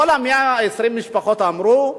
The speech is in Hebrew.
כל 120 המשפחות אמרו: